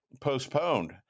postponed